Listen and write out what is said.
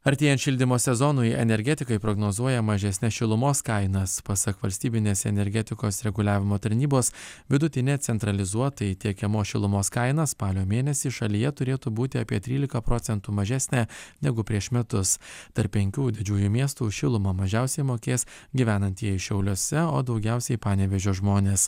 artėjant šildymo sezonui energetikai prognozuoja mažesnes šilumos kainas pasak valstybinės energetikos reguliavimo tarnybos vidutinė centralizuotai tiekiamos šilumos kaina spalio mėnesį šalyje turėtų būti apie trylika procentų mažesnė negu prieš metus tarp penkių didžiųjų miestų už šilumą mažiausiai mokės gyvenantieji šiauliuose o daugiausiai panevėžio žmonės